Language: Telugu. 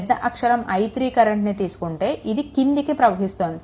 పెద్ద అక్షరం I3 కరెంట్ని తీసుకుంటే ఇది క్రిందికి ప్రవహిస్తోంది